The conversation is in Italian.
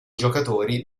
giocatori